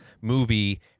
movie